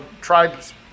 tribes